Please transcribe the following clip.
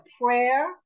prayer